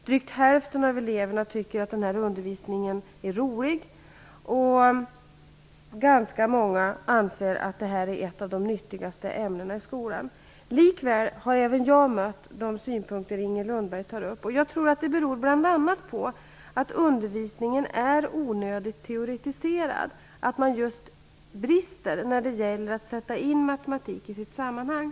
Drygt hälften av eleverna tycker att undervisningen är rolig. Ganska många anser att det är ett av de nyttigaste ämnena i skolan. Likväl har även jag mött de synpunkter Inger Lundberg tar upp. Jag tror att de bl.a. beror på att undervisningen är onödigt teoretiserad. Det brister när det gäller att sätta in matematik i dess sammanhang.